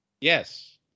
Yes